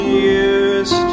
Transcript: years